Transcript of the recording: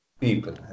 People